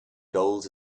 gold